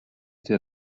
der